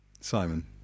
Simon